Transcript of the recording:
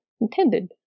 intended